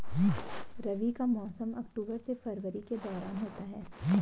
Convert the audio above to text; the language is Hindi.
रबी का मौसम अक्टूबर से फरवरी के दौरान होता है